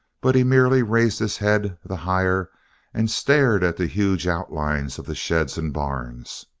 but he merely raised his head the higher and stared at the huge outlines of the sheds and barns.